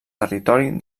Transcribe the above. territori